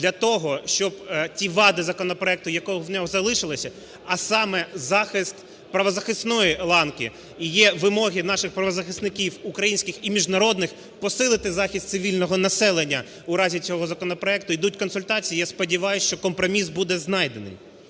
для того, щоб ті вади законопроекту, які в ньому залишилися, а саме, захист правозахисної ланки і є вимоги наших правозахисників українських і міжнародних – посилити захист цивільного населення у разі цього законопроекту. Ідуть консультації, я сподіваюсь, що компроміс буде знайдений.